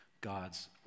God's